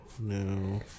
no